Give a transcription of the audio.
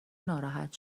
ناراحت